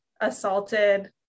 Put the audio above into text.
assaulted